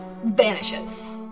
vanishes